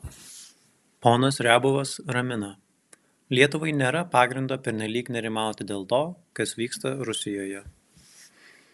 ponas riabovas ramina lietuvai nėra pagrindo pernelyg nerimauti dėl to kas vyksta rusijoje